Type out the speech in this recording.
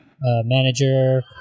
manager